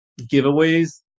giveaways